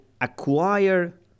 acquire